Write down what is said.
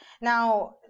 Now